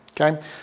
Okay